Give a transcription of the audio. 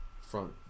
front